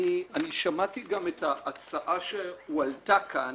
אני שמעתי גם את ההצעה שהועלתה כאן